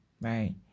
right